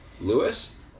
Lewis